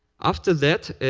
after that,